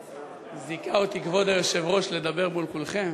זיכה אותי כבוד היושב-ראש לדבר מול כולכם.